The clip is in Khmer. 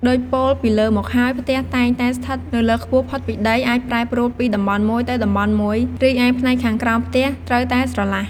ដូចពោលពីលើមកហើយ ផ្ទះតែងតែស្ថិតនៅខ្ពស់ផុតពីដី អាចប្រែប្រួលពីតំបន់មួយទៅតំបន់មួយ រីឯផ្នែកខាងក្រោមផ្ទះត្រូវតែស្រឡះ។